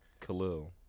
Khalil